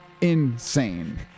insane